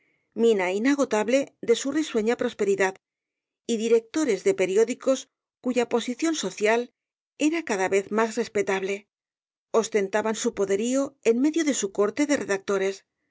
mina inagotable de su risueña prosperidad y directores de periódicos cuya posición social era cada vez más respetable ostentaban su poderío en medio de su corte de redactores